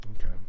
Okay